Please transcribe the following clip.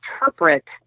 interpret